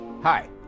Hi